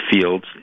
fields